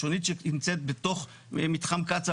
השונית שנמצאת בתוך מתחם קצא"א,